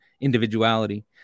individuality